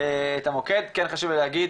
את המוקד שכן חשוב לי להגיד,